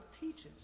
teaches